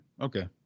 okay